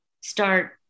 start